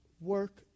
work